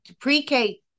pre-K